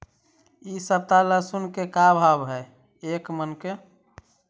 इ सप्ताह लहसुन के का भाव है एक मन के?